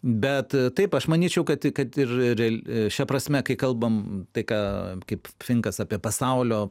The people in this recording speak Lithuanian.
bet taip aš manyčiau kad kad ir šia prasme kai kalbam apie tai ką kaip finkas apie pasaulio